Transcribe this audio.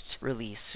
release